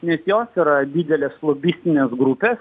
nes jo yra didelės lobistinės grupės